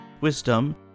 wisdom